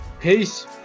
peace